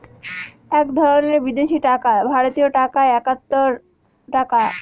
এক ধরনের বিদেশি টাকা ভারতীয় টাকায় একাত্তর টাকা